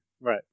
right